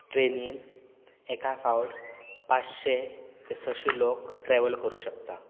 ट्रेनीन एका फावट पांचशी ते संयशी लोक ट्रेवल करूंक शकतात